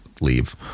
leave